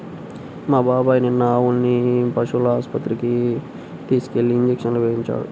మా బాబాయ్ నిన్న ఆవుల్ని పశువుల ఆస్పత్రికి తీసుకెళ్ళి ఇంజక్షన్లు వేయించారు